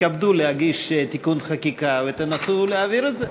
שיתכבדו להגיש תיקון חקיקה ושינסו להעביר את זה.